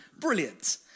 Brilliant